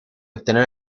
obtener